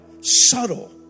subtle